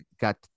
got